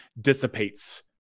dissipates